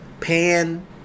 pan